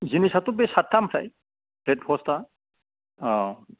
जिनिसाथ' बे सात्तानिफ्राय फ्लेग हस्टया औ